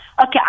Okay